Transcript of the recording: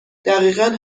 دقیقا